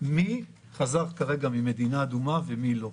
מי חזר כרגע ממדינה אדומה ומי לא.